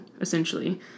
essentially